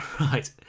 Right